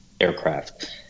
aircraft